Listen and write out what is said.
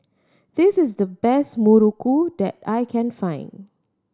this is the best muruku that I can find